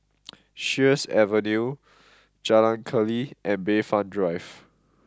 Sheares Avenue Jalan Keli and Bayfront Drive